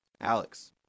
Alex